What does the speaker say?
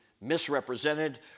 misrepresented